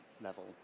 level